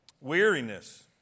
Weariness